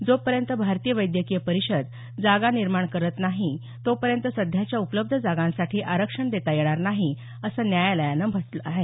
जो पर्यंत भारतीय वैद्यकिय परिषद जागा निर्माण करत नाही तो पर्यत सध्याच्या उपलब्ध जागांसाठी आरक्षण देता येणार नाही असं न्यायालयानं म्हटलं आहे